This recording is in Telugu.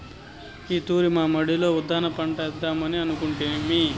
ఈ తూరి మా మడిలో ఉద్దాన పంటలేద్దామని అనుకొంటిమి